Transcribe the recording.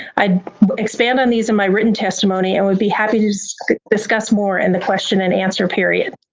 i expand on these in my written testimony, and would be happy to discuss more in the question and answer period.